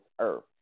earth